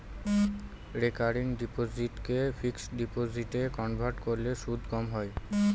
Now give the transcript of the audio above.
recurring ডিপোসিটকে fixed ডিপোজিটে convert করলে সুদ কম হয়